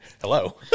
hello